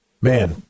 Man